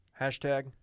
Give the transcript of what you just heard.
hashtag